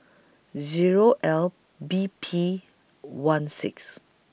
Zero L B P one six